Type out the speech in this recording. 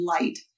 light